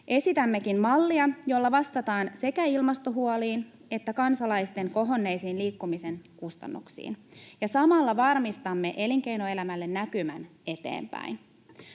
Esitämmekin mallia, jolla vastataan sekä ilmastohuoliin että kansalaisten kohonneisiin liikkumisen kustannuksiin, ja samalla varmistamme elinkeinoelämälle näkymän eteenpäin.